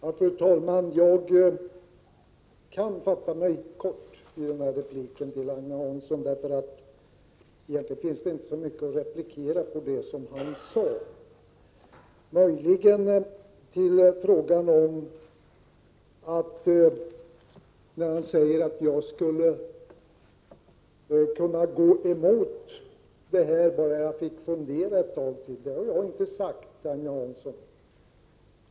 Fru talman! Jag kan fatta mig mycket kort i den här repliken till Agne Hansson — egentligen finns det inte så mycket att genmäla mot det som han sade. Agne Hansson sade att jag skulle kunna gå med på en utlokalisering bara jag fick fundera ett tag till. Det har jag inte sagt, Agne Hansson.